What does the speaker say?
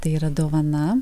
tai yra dovana